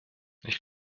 ich